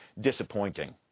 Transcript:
disappointing